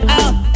out